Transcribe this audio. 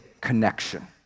connection